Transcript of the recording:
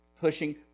pushing